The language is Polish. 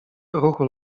ruchu